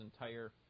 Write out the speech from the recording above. entire